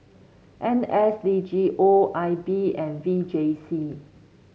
N S D G O I B and V J C